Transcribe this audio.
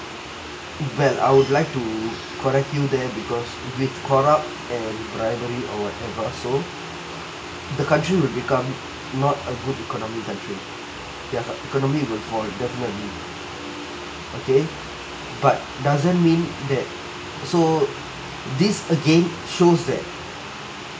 well I would like to correct you there because with corrupt and bribery or whatever so the country will become not a good economy country their economy will fall definitely okay but doesn't mean that so this again shows that